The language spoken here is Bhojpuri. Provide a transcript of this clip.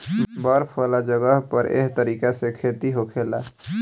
बर्फ वाला जगह पर एह तरीका से खेती होखेला